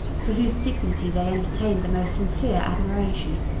for whose dignity they entertained the most sincere admiration,